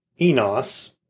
Enos